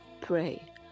pray